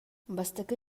бастакы